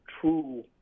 true